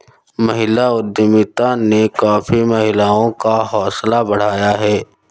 महिला उद्यमिता ने काफी महिलाओं का हौसला बढ़ाया है